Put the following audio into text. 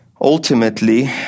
ultimately